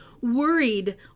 worried